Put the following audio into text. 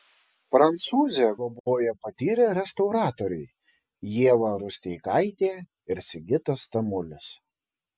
prancūzę globojo patyrę restauratoriai ieva rusteikaitė ir sigitas tamulis